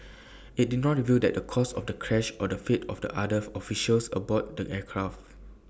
IT did not reveal that the cause of the crash or the fate of the other officials aboard the aircraft